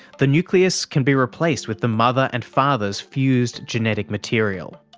the nucleus can be replaced with the mother and father's fused genetic material,